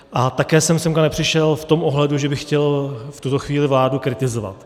A také jsem sem nepřišel v tom ohledu, že bych chtěl v tuto chvíli vládu kritizovat.